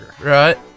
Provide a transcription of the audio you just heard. right